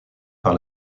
par